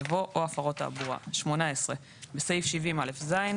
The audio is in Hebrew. יבוא "או הפרות תעבורה"; (18)בסעיף 70א(ז),